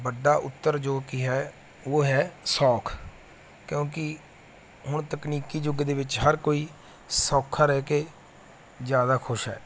ਵੱਡਾ ਉੱਤਰ ਜੋ ਕੀ ਹੈ ਉਹ ਹੈ ਸੌਖ ਕਿਉਂਕਿ ਹੁਣ ਤਕਨੀਕੀ ਯੁੱਗ ਦੇ ਵਿੱਚ ਹਰ ਕੋਈ ਸੌਖਾ ਰਹਿ ਕੇ ਜ਼ਿਆਦਾ ਖੁਸ਼ ਹੈ